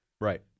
Right